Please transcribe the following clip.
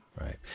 Right